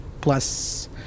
Plus